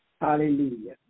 Hallelujah